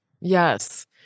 Yes